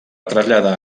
traslladar